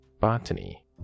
Botany